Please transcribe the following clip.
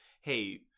hey